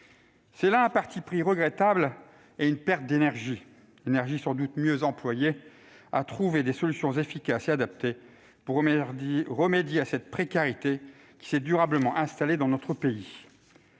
C'est là un parti pris regrettable et une perte d'énergie. Or cette énergie serait sans doute mieux employée à trouver des solutions efficaces et adaptées pour remédier à la précarité qui s'est durablement installée dans notre pays.